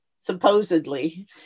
supposedly